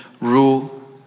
rule